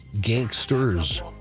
Gangsters